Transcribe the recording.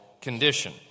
condition